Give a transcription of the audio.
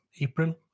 April